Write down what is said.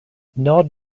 nod